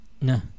No